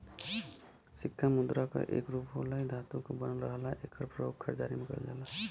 सिक्का मुद्रा क एक रूप होला इ धातु क बनल रहला एकर प्रयोग खरीदारी में करल जाला